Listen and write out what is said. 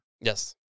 Yes